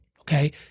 Okay